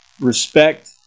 respect